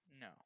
No